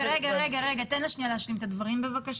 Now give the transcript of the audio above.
רגע, רגע, תן לה שנייה להשלים את הדברים בבקשה.